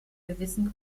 gewissen